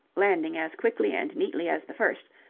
landing as quickly and neatly as the first,